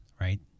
right